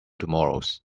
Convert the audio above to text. tomorrows